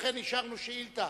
ואכן אישרנו שאילתא